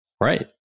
Right